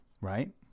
right